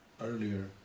earlier